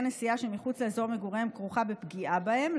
נסיעה שמחוץ לאזור מגוריהם כרוכה בפגיעה בהם,